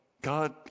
god